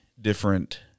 different